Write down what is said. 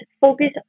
focus